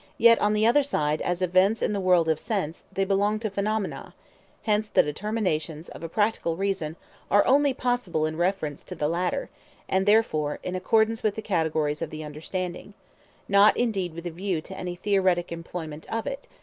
yet on the other side as events in the world of sense they belong to phenomena hence the determinations of a practical reason are only possible in reference to the latter and, therefore, in accordance with the categories of the understanding not indeed with a view to any theoretic employment of it,